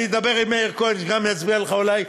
אני אדבר עם מאיר כהן שגם יצביע לך אולי.